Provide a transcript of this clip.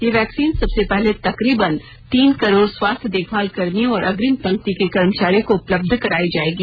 यह वैक्सीन सबसे पहले तकरीबन तीन करोड स्वास्थ्य देखभाल कर्मियों और अग्रिम पंक्ति के कर्मचारियों को उपलब्ध कराई जाएगी